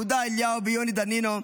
יהודה אליהו ויוני דנינו,